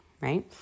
right